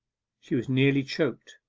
she was nearly choked.